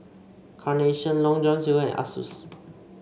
Carnation Long John Silver and Asus